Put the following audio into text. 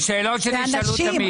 זה שאלות שנשאלו תמיד.